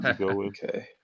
okay